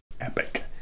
epic